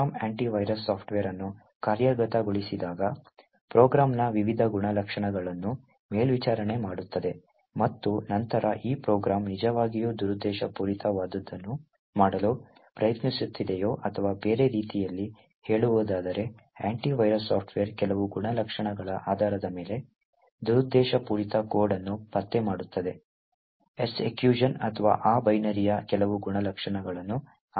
program anti virus software ಅನ್ನು ಕಾರ್ಯಗತಗೊಳಿಸಿದಾಗ ಪ್ರೋಗ್ರಾಂನ ವಿವಿಧ ಗುಣಲಕ್ಷಣಗಳನ್ನು ಮೇಲ್ವಿಚಾರಣೆ ಮಾಡುತ್ತದೆ ಮತ್ತು ನಂತರ ಈ ಪ್ರೋಗ್ರಾಂ ನಿಜವಾಗಿಯೂ ದುರುದ್ದೇಶಪೂರಿತವಾದದ್ದನ್ನು ಮಾಡಲು ಪ್ರಯತ್ನಿಸುತ್ತಿದೆಯೇ ಅಥವಾ ಬೇರೆ ರೀತಿಯಲ್ಲಿ ಹೇಳುವುದಾದರೆ ಆಂಟಿ ವೈರಸ್ ಸಾಫ್ಟ್ವೇರ್ ಕೆಲವು ಗುಣಲಕ್ಷಣಗಳ ಆಧಾರದ ಮೇಲೆ ದುರುದ್ದೇಶಪೂರಿತ ಕೋಡ್ ಅನ್ನು ಪತ್ತೆ ಮಾಡುತ್ತದೆ ಎಸ್ಎಕ್ಯುಷನ್ ಅಥವಾ ಆ ಬೈನರಿಯ ಕೆಲವು ಗುಣಲಕ್ಷಣಗಳನ್ನು ಆಧರಿಸಿದೆ